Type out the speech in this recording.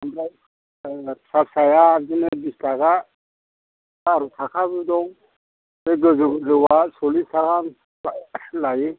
ओमफ्राय जोंना फिसा फिसाया बिदिनो बिस थाखा बार' थाखाबो दं बे गोजौ गोजौआ सल्लिस थाखा लायो